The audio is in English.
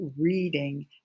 reading